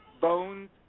Bones